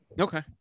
okay